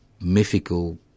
mythical